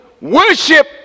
worship